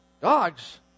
Dogs